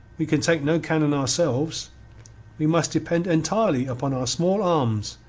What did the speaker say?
we can take no cannon ourselves we must depend entirely upon our small arms,